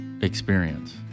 experience